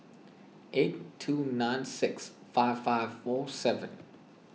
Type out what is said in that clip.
eight two nine six five five four seven